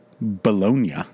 Bologna